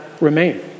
remain